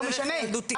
לא משנה,